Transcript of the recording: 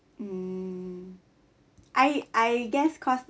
mm I I guess cause